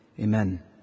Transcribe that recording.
Amen